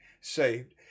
saved